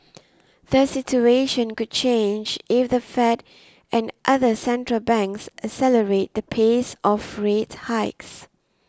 the situation could change if the Fed and other central banks accelerate the pace of rate hikes